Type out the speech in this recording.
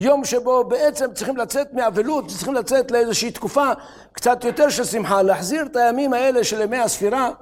יום שבו בעצם צריכים לצאת מאבלות, צריכים לצאת לאיזושהי תקופה קצת יותר של שמחה, להחזיר את הימים האלה של ימי הספירה.